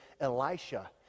Elisha